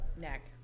neck